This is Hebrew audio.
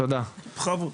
בכבוד.